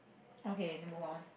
okay then move on